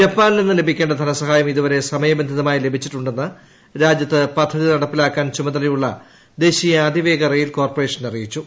ജപ്പാനിൽ നിന്നും ലഭിക്കേണ്ട ധന്ദസ്ഥഹായം ഇതു വരെ സമയബന്ധിതമായി ലഭിച്ചിട്ടുണ്ടെന്ന് രാജ്യത്ത് പദ്ധതി നടപ്പിലാക്കാൻ ചുമതല ഉള്ള ദേശീയ അതിവേഗ റെയിൽ കോർപ്പറേഷൻ അറിയിച്ചു